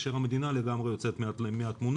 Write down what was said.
כאשר המדינה לגמרי יוצאת מהתמונה,